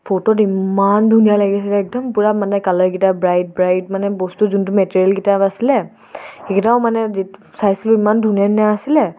ফটোত ইমান ধুনীয়া লাগিছিলে একদম পূৰা মানে কালাৰকেইটা ব্ৰাইট ব্ৰাইট মানে বস্তু যোনটো মেটেৰিয়েলকেইটা আছিলে সেইকেইটাও মানে য চাইছিলোঁ ইমান ধুনীয়া ধুনীয়া আছিলে